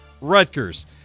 Rutgers